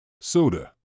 soda